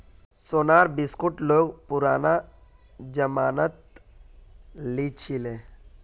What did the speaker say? सोनार बिस्कुट लोग पुरना जमानात लीछीले